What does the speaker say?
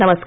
नमस्कार